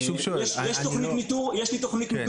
יש לי תוכנית ניטור רב-שנתית.